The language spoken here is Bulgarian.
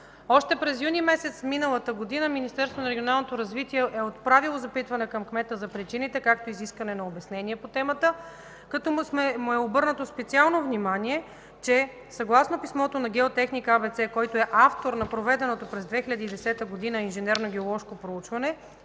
развитие и благоустройството е отправило запитване към кмета за причините, както и за искане на обяснение по темата, като му е обърнато специално внимание, че съгласно писмото на „Геотехника АБЦ”, който е автор на проведеното през 2010 г. инженерно-геоложко проучване,